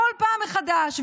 כל פעם מחדש.